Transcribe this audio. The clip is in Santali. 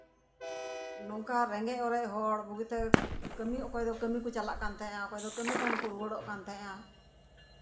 ᱱᱚᱝᱠᱟ ᱨᱮᱸᱜᱮᱪ ᱚᱨᱮᱪ ᱦᱚᱲ ᱵᱩᱜᱤᱛᱮ ᱚᱠᱚᱭ ᱫᱚ ᱠᱟᱹᱢᱤ ᱠᱚ ᱪᱟᱞᱟᱜ ᱠᱟᱱ ᱛᱟᱦᱮᱸᱫᱼᱟ ᱚᱠᱚᱭ ᱫᱚ ᱠᱟᱹᱢᱤ ᱠᱷᱚᱱ ᱠᱚ ᱨᱩᱣᱟᱹᱲᱚᱜ ᱠᱟᱱ ᱛᱟᱦᱮᱸᱫᱼᱟ